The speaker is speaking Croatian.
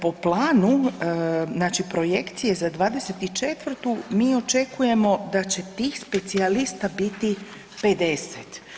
Po planu, znači projekcije za 2024. mi očekujemo da će tih specijalista biti 50.